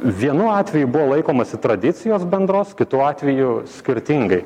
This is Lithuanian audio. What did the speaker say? vienu atveju buvo laikomasi tradicijos bendros kitu atveju skirtingai